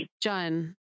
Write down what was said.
John